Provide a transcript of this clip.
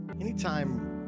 Anytime